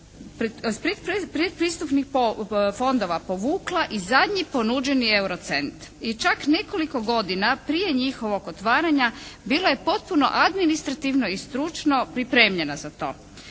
predpristupnih fondova povukla i zadnji ponuđeni euro i cent. I čak nekoliko godina prije njihovog otvaranja bila je potpuno administrativno i stručno pripremljena za to.